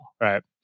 right